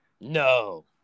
No